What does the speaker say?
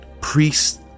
priests